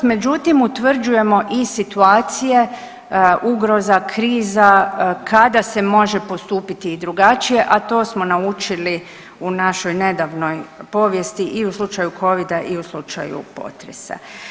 Međutim, utvrđujemo i situacija ugroza kada se može postupiti i drugačije, a to smo naučili u našoj nedavnoj povijesti i u slučaju covida i u slučaju potresa.